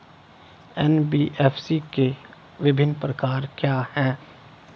NBFC के विभिन्न प्रकार क्या हैं?